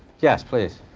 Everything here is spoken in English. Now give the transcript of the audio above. yes, please.